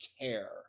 care